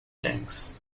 tanks